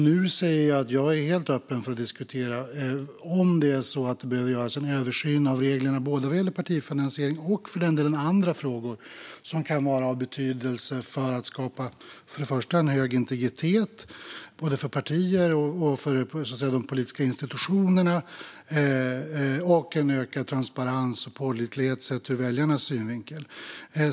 Nu säger jag att jag är helt öppen för att diskutera om det behöver göras en översyn av reglerna vad gäller både partifinansiering och för den delen andra frågor som kan vara av betydelse för att skapa såväl en hög integritet för partier och för de politiska institutionerna som en ökad transparens och pålitlighet sett ur väljarnas synvinkel.